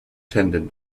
tendon